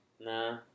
Nah